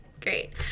Great